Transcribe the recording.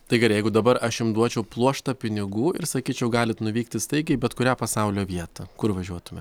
tai gerai jeigu dabar aš jum duočiau pluoštą pinigų ir sakyčiau galite nuvykti staigiai į bet kurią pasaulio vietą kur važiuotumėt